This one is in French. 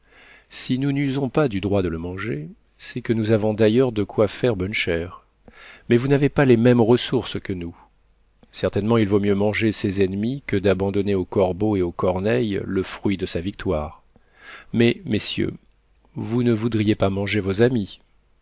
si nous n'usons pas du droit de le manger c'est que nous avons d'ailleurs de quoi faire bonne chère mais vous n'avez pas les mêmes ressources que nous certainement il vaut mieux manger ses ennemis que d'abandonner aux corbeaux et aux corneilles le fruit de sa victoire mais messieurs vous ne voudriez pas manger vos amis